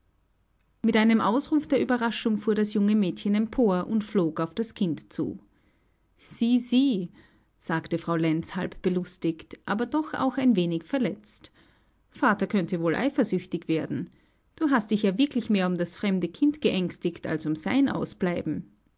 mit einem ausruf der ueberraschung fuhr das junge mädchen empor und flog auf das kind zu sieh sieh sagte frau lenz halb belustigt aber doch auch ein wenig verletzt vater könnte wohl eifersüchtig werden du hast dich ja wirklich mehr um das fremde kind geängstigt als um sein ausbleiben